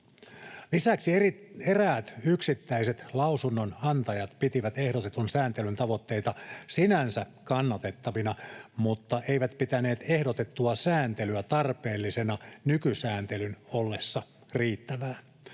Lisäksi eräät yksittäiset lausunnonantajat pitivät ehdotetun sääntelyn tavoitteita sinänsä kannatettavina mutta eivät pitäneet ehdotettua sääntelyä tarpeellisena nykysääntelyn ollessa riittävää.